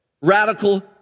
radical